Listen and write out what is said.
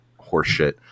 horseshit